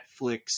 Netflix